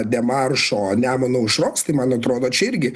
demaršo nemuno aušros tai man atrodo čia irgi